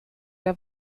der